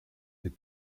est